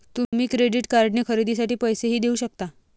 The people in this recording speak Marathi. तुम्ही क्रेडिट कार्डने खरेदीसाठी पैसेही देऊ शकता